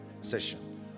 session